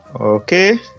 okay